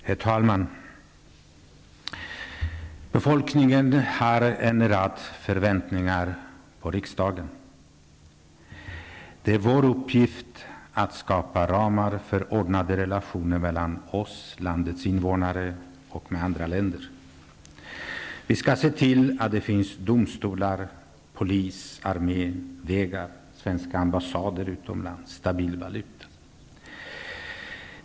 Herr talman! Befolkningen har en rad förväntningar på riksdagen. Det är vår uppgift att skapa ramar för ordnade relationer mellan oss, landets invånare, och med andra länder. Vi skall se till att det finns domstolar, polis, armé, vägar, svenska ambassader utomlands, stabil valuta.